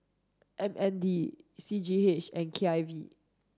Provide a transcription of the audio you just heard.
M N D C G H and K I V